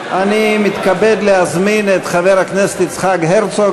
אני מתכבד להזמין את חבר הכנסת יצחק הרצוג